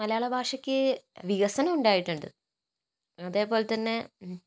മലയാളഭാഷയ്ക്ക് വികസനം ഉണ്ടായിട്ടുണ്ട് അതേപോലെ തന്നെ